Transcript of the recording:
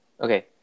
Okay